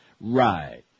Right